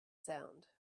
sound